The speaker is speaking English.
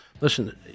listen